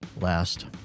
last